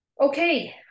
Okay